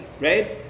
right